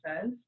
says